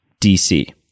DC